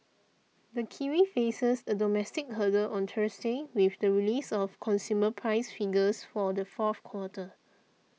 the kiwi faces a domestic hurdle on Thursday with the release of consumer price figures for the fourth quarter